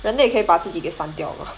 人类可以把自己给删掉 mah